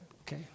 Okay